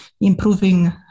improving